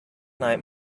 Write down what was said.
night